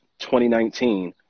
2019